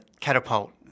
catapult